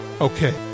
Okay